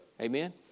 Amen